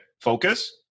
focus